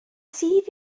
sydd